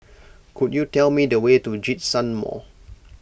could you tell me the way to Djitsun Mall